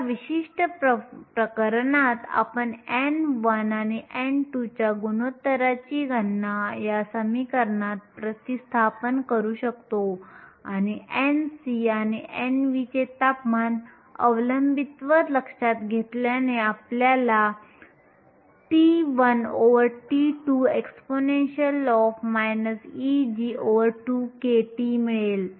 या विशिष्ट प्रकरणात आपण n1 आणि n2 च्या गुणोत्तराची गणना या समीकरणात प्रतिस्थापन करू शकतो आणि Nc आणि Nv चे तापमान अवलंबित्व लक्षात घेतल्याने आपल्याला T1T2exp Eg2kT मिळेल